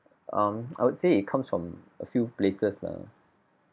um I would say it comes from a few places lah